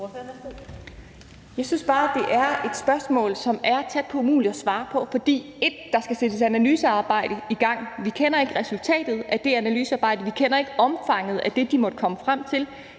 Jeg synes bare, det er et spørgsmål, som det er tæt på umuligt at svare på. For der skal sættes et analysearbejde i gang, og vi kender ikke resultatet af det analysearbejde, og vi kender ikke omfanget af det, de måtte komme frem til.